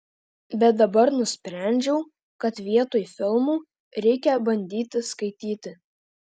bet dabar nusprendžiau kad vietoj filmų reikia bandyti skaityti